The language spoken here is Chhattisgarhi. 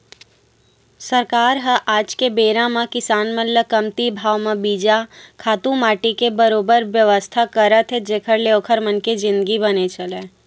सरकार ह आज के बेरा म किसान मन ल कमती भाव म बीजा, खातू माटी के बरोबर बेवस्था करात हे जेखर ले ओखर मन के जिनगी बने चलय